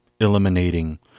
eliminating